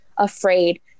Afraid